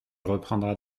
reprendras